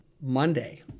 Monday